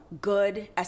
good